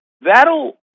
That'll